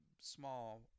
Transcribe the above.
small